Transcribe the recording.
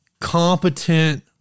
competent